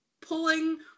pulling